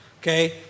Okay